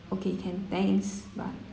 okay can thanks bye